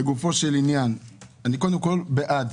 לגופו של עניין, אני קודם כול בעד.